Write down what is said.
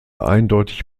eindeutig